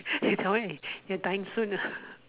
since I went and dying soon uh